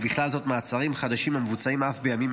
ובכלל זה מעצרים חדשים המבוצעים אף בימים